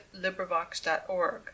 LibriVox.org